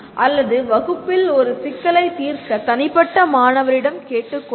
அல்லது வகுப்பில் ஒரு சிக்கலை தீர்க்க தனிப்பட்ட மாணவரிடம் கேட்டுக்கொள்வது